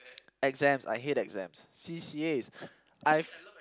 exams I hate exams C_C_As I've